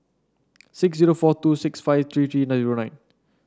six zero four two six five three three zero nine